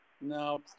No